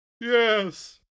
Yes